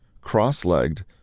cross-legged